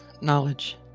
knowledge